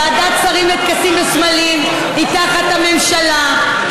ועדת שרים לטקסים וסמלים היא תחת הממשלה,